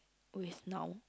with now